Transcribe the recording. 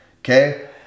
okay